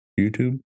YouTube